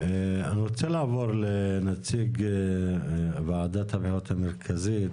אני רוצה לעבור לנציג ועדת הבחירות המרכזית,